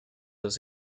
dos